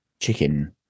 chicken